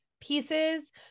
pieces